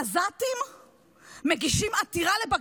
עזתים מגישים עתירה לבג"ץ,